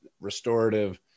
restorative